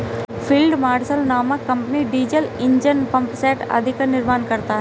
field marshal नामक company diesel engine, pump set आदि का निर्माण करता है